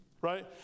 right